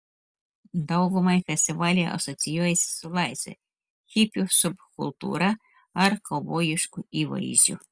daugumai festivaliai asocijuojasi su laisve hipių subkultūra ar kaubojišku įvaizdžiu